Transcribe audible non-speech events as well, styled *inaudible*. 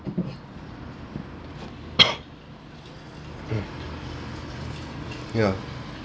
*coughs* ya